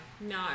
no